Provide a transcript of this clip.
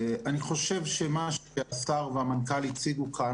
אני חושב שמה שהשר והמנכ"ל הציגו כאן,